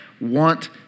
want